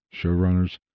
showrunners